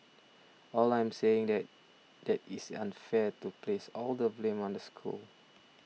all I am saying that that it's unfair to place all the blame on the school